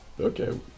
Okay